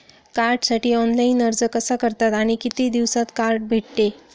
कार्डसाठी ऑनलाइन अर्ज कसा करतात आणि किती दिवसांत कार्ड भेटते?